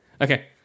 Okay